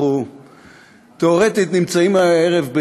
אנחנו תיאורטית נמצאים הערב,